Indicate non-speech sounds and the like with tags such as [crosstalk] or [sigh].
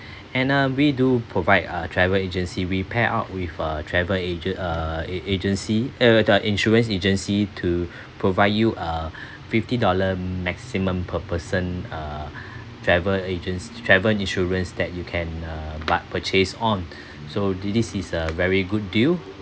[breath] and uh we do provide a travel agency we pair out with a travel agent uh a~ agency uh the insurance agency to [breath] provide you uh [breath] fifty dollar maximum per person uh [breath] travel agents travel insurance that you can err but purchase on [breath] so this this is a very good deal